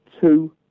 two